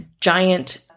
giant